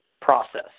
process